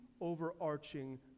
overarching